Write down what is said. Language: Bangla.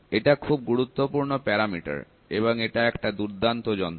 এটা খুব গুরুত্বপূর্ণ প্যারামিটার এবং এটা একটা দুর্দান্ত যন্ত্র